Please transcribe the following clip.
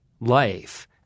life